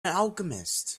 alchemist